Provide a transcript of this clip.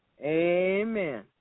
Amen